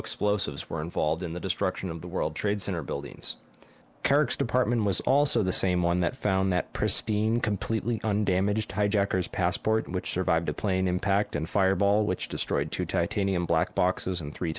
explosives were involved in the destruction of the world trade center buildings carrick's department was also the same one that found that pristine completely undamaged hijackers passport which survived the plane impact and fireball which destroyed two titanium black boxes and three